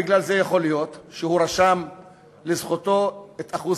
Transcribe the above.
יכול להיות שבגלל זה הוא רשם לזכותו את אחוז